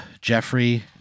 Jeffrey